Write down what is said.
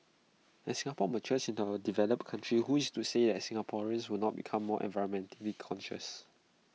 as Singapore matures into A developed country who is to say that Singaporeans will not become more environmentally conscious